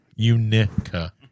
Unica